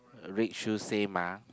red shoes same ah